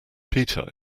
peter